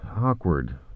awkward